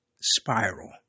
spiral